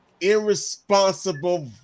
irresponsible